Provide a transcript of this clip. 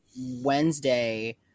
wednesday